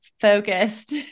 focused